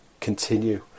continue